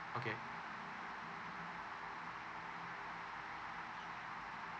okay